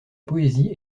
poésie